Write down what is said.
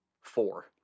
Four